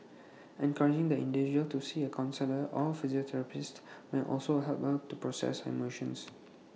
encouraging the individual to see A counsellor or may also help her to process her emotions